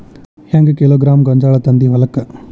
ಹೆಂಗ್ ಕಿಲೋಗ್ರಾಂ ಗೋಂಜಾಳ ತಂದಿ ಹೊಲಕ್ಕ?